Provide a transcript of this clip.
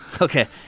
Okay